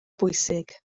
bwysig